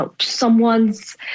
someone's